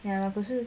啊不是